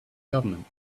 government